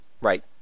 right